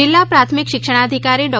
જિલ્લા પ્રાથમિક શિક્ષણાધિકારી ડો